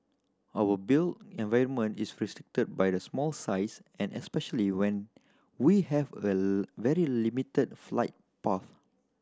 our built environment is restricted by our small size and especially when we have a very limited flight path